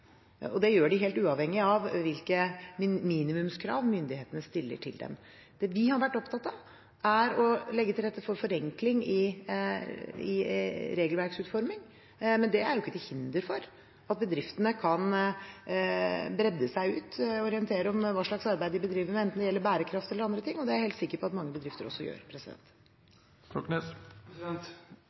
mål, så gjør de det. Det gjør de helt uavhengig av hvilke minimumskrav myndighetene stiller til dem. Det vi har vært opptatt av, er å legge til rette for forenkling i regelverksutforming, men det er jo ikke til hinder for at bedriftene kan bredde seg ut, orientere om hva slags arbeid de bedriver, enten det gjelder bærekraft eller andre ting. Og det er jeg helt sikker på at mange bedrifter også gjør.